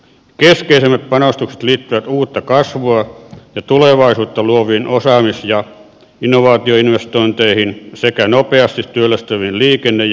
keskeisimmät panostukset liittyvät uutta kasvua ja tulevaisuutta luoviin osaamis ja innovaatioinvestointeihin sekä nopeasti työllistäviin liikenne ja rakentamishankkeisiin